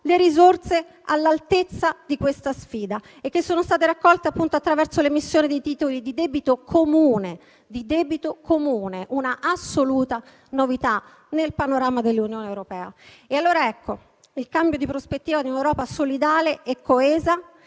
le risorse all'altezza di questa sfida, che sono state raccolte attraverso l'emissione di titoli di debito comune, un'assoluta novità nel panorama dell'Unione europea. Ecco allora il cambio di prospettiva di un'Europa solidale e coesa